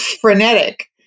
frenetic